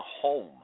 home